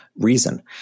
reason